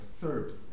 Serbs